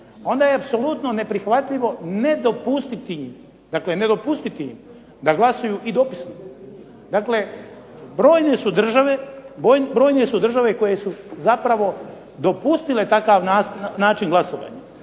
onda je apsolutno neprihvatljivo ne dopustiti im da glasuju i dopisno. Dakle, brojne su države koje su zapravo dopustile takav način glasovanja.